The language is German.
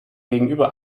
gegenüber